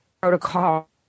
protocol